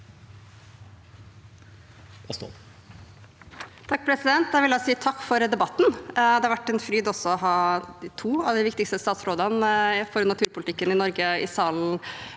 takk for debatten. Det har vært en fryd å ha to av de viktigste statsrådene for naturpolitikken i Norge i salen